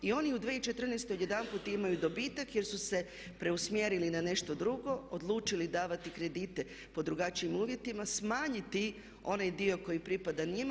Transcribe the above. I oni u 2014. odjedanput imaju dobitak, jer su se preusmjerili na nešto drugo, odlučili davati kredite po drugačijim uvjetima, smanjiti onaj dio koji pripada njima.